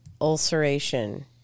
ulceration